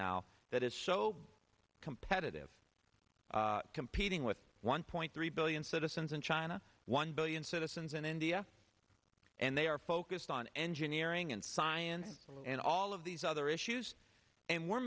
now that is so competitive competing with one point three billion citizens in china one billion citizens in india and they are focused on engineering and science and all of these other issues and we're